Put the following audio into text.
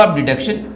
deduction